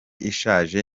ishaje